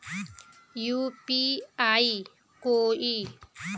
UPI कोई